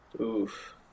oof